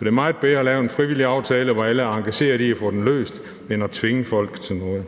Det er meget bedre at lave en frivillig aftale, hvor alle er engageret i forhold til at få den løst, end at tvinge folk til noget.